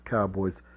Cowboys